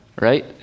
right